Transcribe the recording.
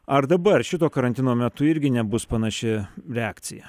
ar dabar šito karantino metu irgi nebus panaši reakcija